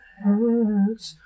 hands